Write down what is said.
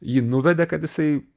jį nuvedė kad jisai